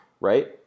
right